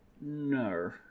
No